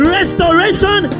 Restoration